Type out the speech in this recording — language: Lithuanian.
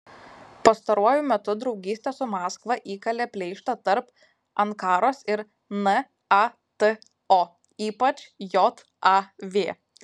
pastaruoju metu draugystė su maskva įkalė pleištą tarp ankaros ir nato ypač jav